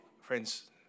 Friends